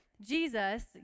Jesus